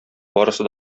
барысы